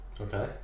Okay